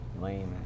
lame